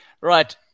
Right